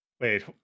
Wait